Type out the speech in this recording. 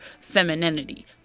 femininity